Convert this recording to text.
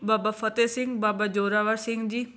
ਬਾਬਾ ਫਤਿਹ ਸਿੰਘ ਬਾਬਾ ਜ਼ੋਰਾਵਰ ਸਿੰਘ ਜੀ